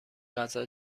غذا